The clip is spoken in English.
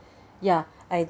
ya I